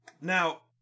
Now